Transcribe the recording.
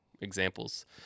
examples